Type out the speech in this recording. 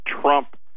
Trump